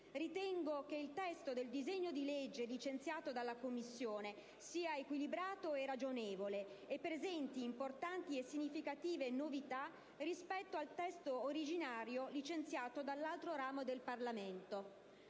Ritengo che il testo del disegno di legge licenziato dalla Commissione sia equilibrato e ragionevole e presenti importanti e significative novità rispetto al testo originario licenziato dall'altro ramo del Parlamento.